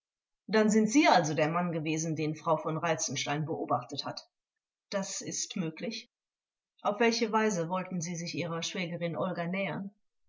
dann sind sie also der mann gewesen den frau v reitzenstein beobachtet hat angekl das ist möglich vors auf welche weise wollten sie sich ihrer schwägerin olga nähern